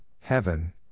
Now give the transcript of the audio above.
heaven